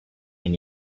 and